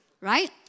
right